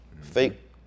fake